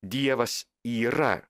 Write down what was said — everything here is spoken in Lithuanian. dievas yra